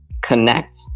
connect